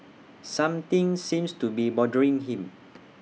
something seems to be bothering him